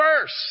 first